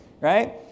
Right